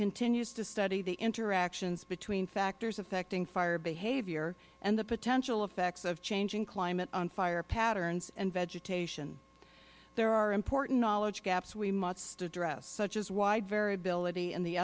continues to study the interactions between factors affecting fire behavior and the potential effects of changing climate on fire patterns and vegetation there are important knowledge gaps we must address such as wide variability and the